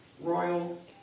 royal